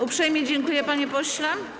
Uprzejmie dziękuję, panie pośle.